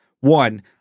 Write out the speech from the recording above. One